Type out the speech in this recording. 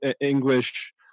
English